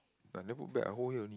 I never put back I hold here only